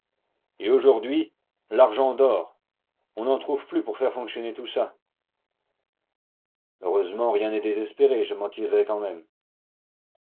et aujourd'hui l'argent dort on n'en trouve plus pour faire fonctionner tout ça heureusement rien n'est désespéré je m'en tirerai quand même